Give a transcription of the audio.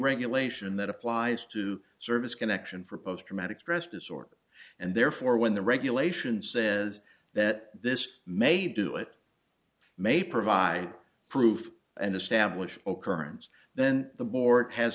regulation that applies to service connection for post traumatic stress disorder and therefore when the regulation says that this may do it may provide proof and establish occurrence then the board has